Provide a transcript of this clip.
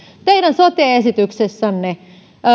teidän sote esityksessänne